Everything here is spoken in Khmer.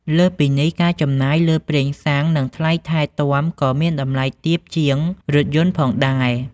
លើសពីនេះ ការចំណាយលើប្រេងសាំងនិងថ្លៃថែទាំក៏មានតម្លៃទាបជាងរថយន្តផងដែរ។